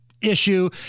issue